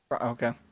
Okay